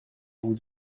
vous